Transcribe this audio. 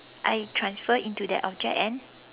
I transfer into that object and